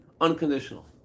unconditional